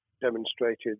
demonstrated